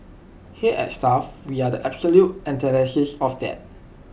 here at stuff we are the absolute antithesis of that